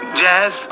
jazz